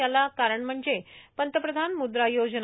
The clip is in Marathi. याला कारण म्हणजे पंतप्रधान मुद्रा योजना